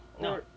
No